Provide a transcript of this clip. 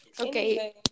Okay